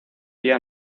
día